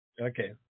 Okay